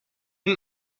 him